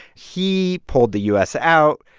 he pulled the u s. out.